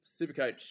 Supercoach